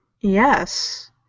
Yes